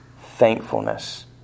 thankfulness